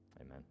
Amen